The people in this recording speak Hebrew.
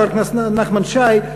חבר הכנסת נחמן שי,